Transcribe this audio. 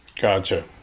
Gotcha